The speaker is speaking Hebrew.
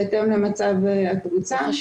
בהתאם למצב הקבוצה.